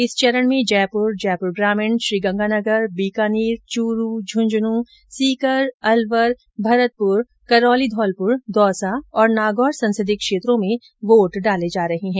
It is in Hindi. इस चरण में जयपूर जयपूर ग्रामीण गंगानगर बीकानेर चूरू झुंझुंनू सीकर अलवर भरतपुर करौली धौलपुर दौसा तथा नागौर संसदीय क्षेत्रों में वोट डाले जा रहे है